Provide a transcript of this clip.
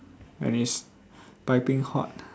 and it's piping hot